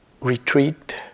retreat